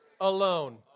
alone